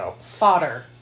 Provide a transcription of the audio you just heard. Fodder